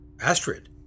Astrid